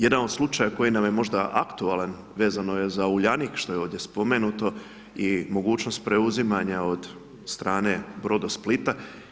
Jedan od slučaja, koji nam je možda aktualan, vezano je za Uljanik, što je ovdje spomenuto i mogućnost preuzimanja od strane Brodosplita.